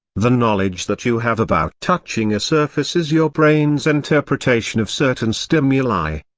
the knowledge that you have about touching a surface is your brain's interpretation of certain stimuli.